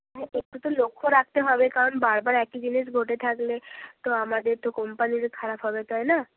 হ্যাঁ একটু তো লক্ষ্য রাখতে হবে কারণ বারবার একই জিনিস ঘটে থাকলে তো আমাদের তো কোম্পানির খারাপ হবে তাই না